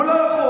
הוא לא יכול.